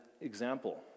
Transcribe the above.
example